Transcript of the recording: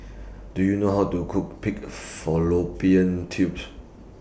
Do YOU know How to Cook Pig Fallopian Tubes